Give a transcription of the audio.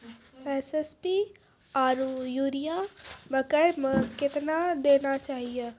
SSP आरु urea मकई मे कितना देना चाहिए?